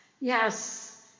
Yes